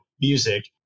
music